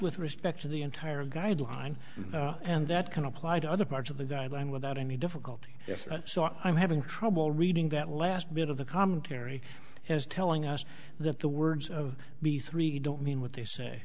with respect to the entire guideline and that can apply to other parts of the guideline without any difficulty so i'm having trouble reading that last bit of the commentary as telling us that the words of the three don't mean what they say